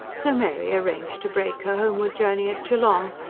so mary arranged to break her homeward journey at geelong,